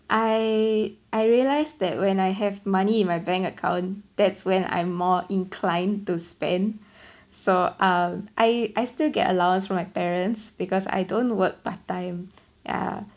I I realise that when I have money in my bank account that's when I'm more inclined to spend so uh I I still get allowance from my parents because I don't work part time ya